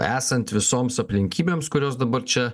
esant visoms aplinkybėms kurios dabar čia